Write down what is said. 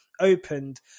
Opened